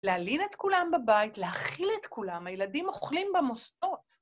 להלין את כולם בבית, להכיל את כולם, הילדים אוכלים במוסדות.